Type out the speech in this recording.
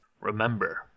Remember